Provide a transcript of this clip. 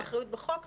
-- אחריות בחוק,